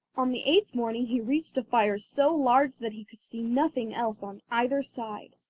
on the eighth morning he reached a fire so large that he could see nothing else on either side,